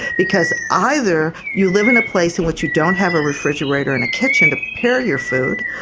because either you live in a place in which you don't have a refrigerator and a kitchen to prepare your food,